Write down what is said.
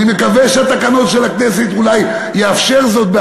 אני מקווה שהתקנון של הכנסת יאפשר זאת,